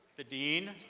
the dean